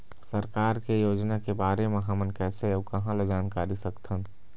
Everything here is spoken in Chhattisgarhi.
सरकार के योजना के बारे म हमन कैसे अऊ कहां ल जानकारी सकथन?